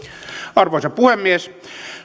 arvoisa puhemies